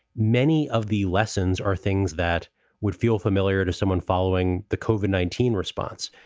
many of the lessons are things that would feel familiar to someone following the cauvin nineteen response.